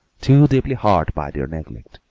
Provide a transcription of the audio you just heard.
too deeply hurt by their neglect,